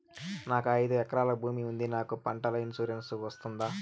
నాకు ఐదు ఎకరాల భూమి ఉంది నాకు పంటల ఇన్సూరెన్సుకు వస్తుందా?